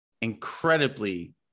incredibly